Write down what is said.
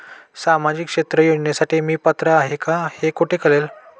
सामाजिक क्षेत्र योजनेसाठी मी पात्र आहे का हे कुठे कळेल?